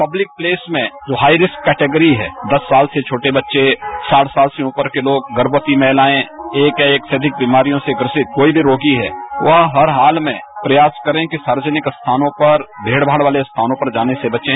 public place में जो high risk category है दस साल से छोटे बच्चे साठ साल से ऊपर के लोग गर्भवती महिलाएं एक या एक से अधिक बीमारियों से ग्रसित कोई भी रोगी है वह हर हाल में प्रयास करें कि सार्वजनिक स्थानों पर भीड़ भाड़ वाले स्थानों पर जाने से बचें